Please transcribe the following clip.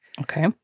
Okay